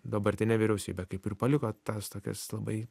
dabartinė vyriausybė kaip ir paliko tas tokias labai